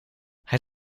hij